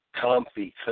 comfy